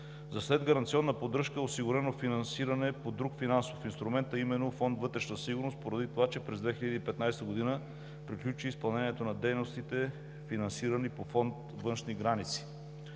За следгаранционна поддръжка е осигурено финансиране по друг финансов инструмент, а именно Фонд „Вътрешна сигурност“, поради това че през 2015 г. приключи изпълнението на дейностите, финансирани по Фонд „Външни граници“.